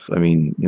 i mean,